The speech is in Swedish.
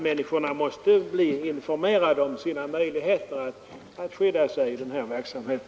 Människorna måste bli informerade om sina möjligheter att skydda sig i den här verksamheten.